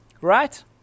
Right